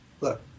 look